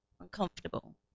uncomfortable